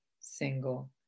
single